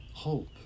Hope